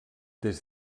des